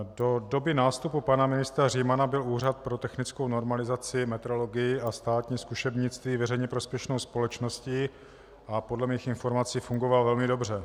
Do doby nástupu pana ministra Římana byl Úřad pro technickou normalizaci, metrologii a státní zkušebnictví veřejně prospěšnou společností a podle mých informací fungoval velmi dobře.